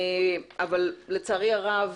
אבל לצערי הרב,